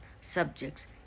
subjects